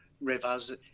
rivers